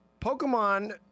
pokemon